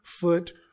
foot